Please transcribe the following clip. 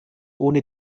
ohne